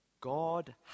God